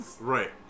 Right